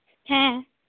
ᱦᱮᱸ